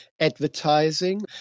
advertising